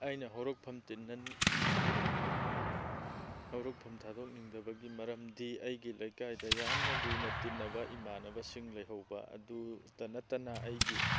ꯑꯩꯅ ꯍꯧꯔꯛꯐꯝ ꯍꯧꯔꯛꯐꯝ ꯊꯥꯗꯣꯛꯅꯤꯡꯗꯕꯒꯤ ꯃꯔꯝꯗꯤ ꯑꯩꯒꯤ ꯂꯩꯀꯥꯏꯗ ꯌꯥꯝꯅ ꯂꯨꯅ ꯇꯤꯟꯅꯕ ꯏꯃꯥꯟꯅꯕꯁꯤꯡ ꯂꯩꯍꯧꯕ ꯑꯗꯨꯇ ꯅꯠꯇꯅ ꯑꯩꯒꯤ